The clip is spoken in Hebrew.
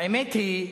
האמת היא,